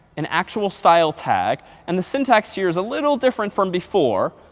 an actual style tag. and the syntax here is a little different from before,